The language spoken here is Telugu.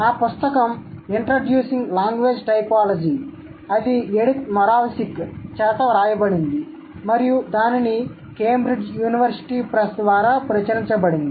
ఆ పుస్తకం ఇంట్రడ్యూసింగ్ లాంగ్వేజ్ టైపోలోజి అది ఎడిత్ మోరావ్సిక్ చేత వ్రాయబడింది మరియు దానిని కేంబ్రిడ్జ్ యూనివర్శిటీ ప్రెస్ ద్వారా ప్రచురించబడింది